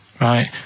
Right